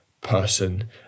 person